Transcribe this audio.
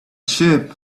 sheep